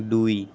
দুই